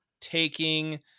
taking